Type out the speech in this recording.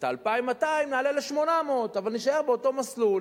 את ה-2,200 נעלה ב-800 אבל נישאר באותו מסלול.